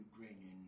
Ukrainian